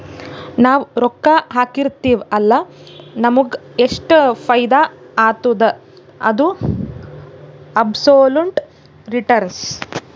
ನಾವ್ ರೊಕ್ಕಾ ಹಾಕಿರ್ತಿವ್ ಅಲ್ಲ ನಮುಗ್ ಎಷ್ಟ ಫೈದಾ ಆತ್ತುದ ಅದು ಅಬ್ಸೊಲುಟ್ ರಿಟರ್ನ್